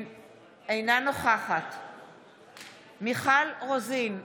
אינה נוכחת מיכל רוזין,